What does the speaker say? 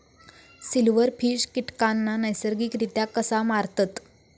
Silverfish कीटकांना नैसर्गिकरित्या कसा मारतत?